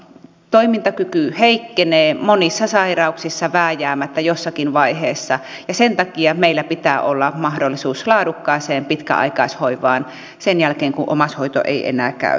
toimintakyky heikkenee monissa sairauksissa vääjäämättä jossakin vaiheessa ja sen takia meillä pitää olla mahdollisuus laadukkaaseen pitkäaikaishoivaan sen jälkeen kun omaishoito ei enää käy